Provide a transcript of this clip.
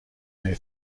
their